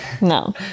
no